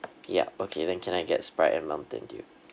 yup okay then can I get sprite and mountain dew